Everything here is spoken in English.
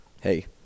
Hey